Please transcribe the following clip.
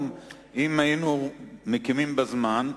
אם היינו מקימים מתקני התפלה בזמן,